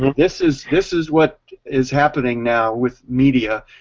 this is this is what is happening now with media,